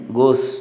goes